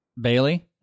Bailey